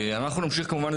אנחנו נמשיך כמובן,